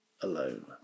alone